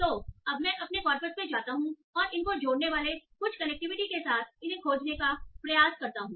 तो अब मैं अपने कॉर्पस पर जाता हूं और इनको जोड़ने वाले कुछ कनेक्टिविटी के साथ इन्हें खोजने का प्रयास करता हूं